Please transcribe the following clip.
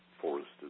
forested